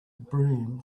broom